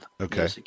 Okay